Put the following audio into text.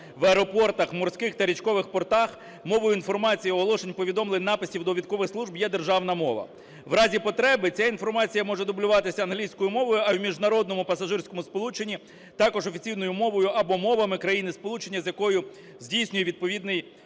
в аеропортах, в морських та річкових портах мовою інформації, оголошень, повідомлень, написів, довідкових служб є державна мова. В разі потреби ця інформація може дублюватися англійською мовою, а в міжнародному пасажирському сполученні також офіційною мовою або мовами країни, сполучення з якою здійснює відповідний…